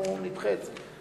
נדחה את זה.